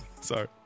Sorry